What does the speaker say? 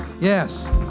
yes